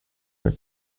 mit